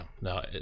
no